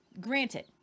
granted